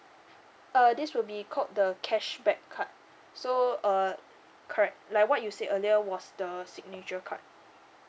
uh this will be called the cashback card so uh correct like what you said earlier was the signature card